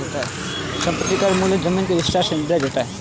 संपत्ति कर मूलतः जमीन के विस्तार से निर्धारित होता है